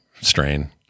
strain